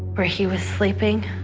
where he was sleeping.